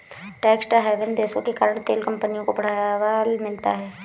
tax haven देशों के कारण तेल कंपनियों को बढ़ावा मिलता है